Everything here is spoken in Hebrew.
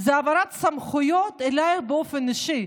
זה העברת סמכויות אלייך באופן אישי.